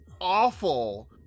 awful